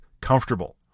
comfortable